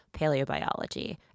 paleobiology